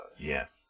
Yes